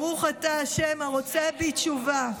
ברוך אתה ה' הרוצה בתשובה.